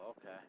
okay